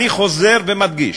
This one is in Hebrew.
אני חוזר ומדגיש,